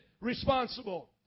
responsible